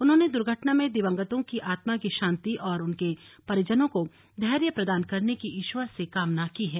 उन्होंने दुर्घटना में दिवंगतों की आत्मा की शांति और उनके परिजनों को धैर्य प्रदान करने की ईश्वर से कामना की है